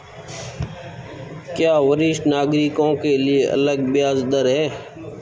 क्या वरिष्ठ नागरिकों के लिए अलग ब्याज दर है?